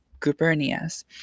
gubernias